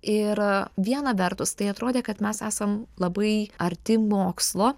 ir viena vertus tai atrodė kad mes esam labai arti mokslo